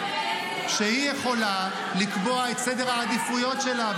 היא יכולה לקבוע את סדר העדיפויות שלה,